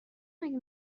مگه